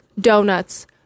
donuts